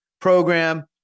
program